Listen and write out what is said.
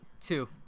Two